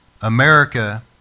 America